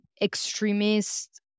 extremist